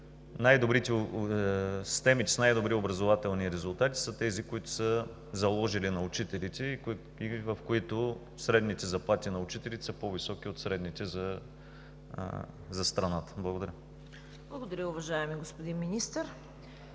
Системите с най-добри образователни резултати са тези, които са заложили на учителите и в които средните заплати на учителите са по-високи от средните за страната. Благодаря. ПРЕДСЕДАТЕЛ ЦВЕТА КАРАЯНЧЕВА: Благодаря, уважаеми господин Министър.